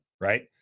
right